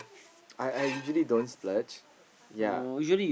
I I usually don't splurge ya